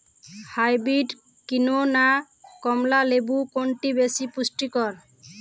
Hybrid কেনু না কমলা লেবু কোনটি বেশি পুষ্টিকর?